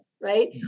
right